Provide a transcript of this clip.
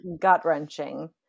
gut-wrenching